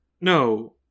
No